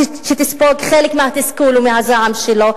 שתספוג חלק מהתסכול ומהזעם שלו,